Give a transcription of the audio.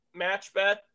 MatchBet